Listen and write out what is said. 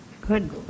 Good